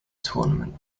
tournament